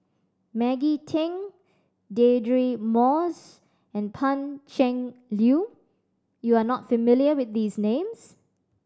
Maggie Teng Deirdre Moss and Pan Cheng Lui you are not familiar with these names